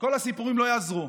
כל הסיפורים לא יעזרו,